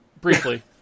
briefly